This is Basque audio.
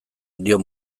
dio